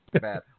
bad